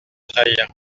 trahir